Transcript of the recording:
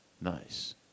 Nice